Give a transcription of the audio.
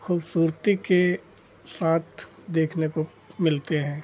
खूबसूरती के साथ देखने को मिलते हैं